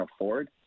afford